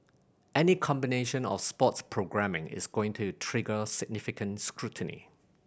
any combination of sports programming is going to trigger significant scrutiny